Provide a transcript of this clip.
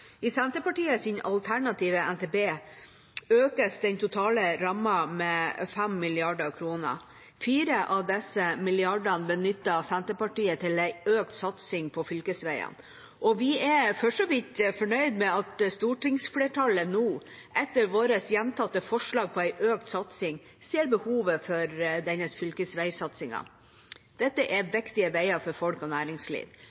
alternative NTP økes den totale rammen med 5 mrd. kr. Fire av disse milliardene benytter Senterpartiet til en økt satsing på fylkesveiene, og vi er for så vidt fornøyd med at stortingsflertallet nå etter våre gjentatte forslag om en økt satsing ser behovet for denne fylkesveisatsingen. Dette er